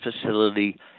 facility